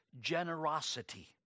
generosity